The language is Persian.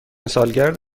سالگرد